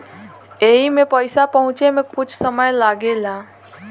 एईमे पईसा पहुचे मे कुछ समय लागेला